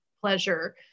pleasure